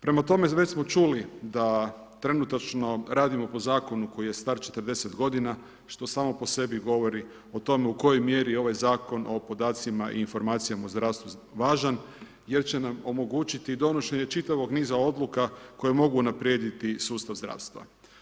Prema tome, već smo čuli da trenutačno radimo po Zakonu koji je star 40 godina što samo po sebi govori o tome u kojoj mjeri je ovaj Zakon o podacima i informacijama u zdravstvu važan jer će nam omogućiti donošenje čitavog niza odluka koje mogu unaprijediti sustav zdravstva.